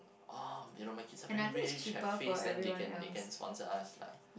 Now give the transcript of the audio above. oh you know my kids are very rich have face then they can they can sponsor us lah